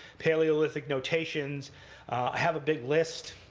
paleolithic notations. i have a big list.